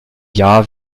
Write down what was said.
jahr